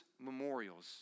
memorials